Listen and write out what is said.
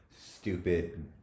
stupid